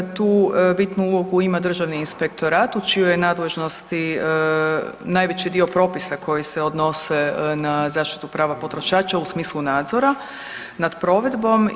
Tu bitnu ulogu ima državni inspektorat u čijoj je nadležnosti najveći dio propisa koji se odnose na zaštitu prava potrošača u smislu nadzora nad provedbom.